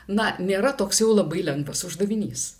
na nėra toks jau labai lengvas uždavinys